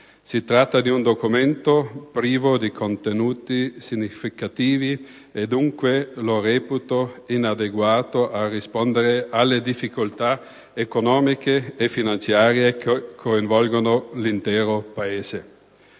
Si tratta di un documento privo di contenuti significativi e dunque lo reputo inadeguato a rispondere alle difficoltà economiche e finanziarie che coinvolgono l'intero Paese.